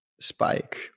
spike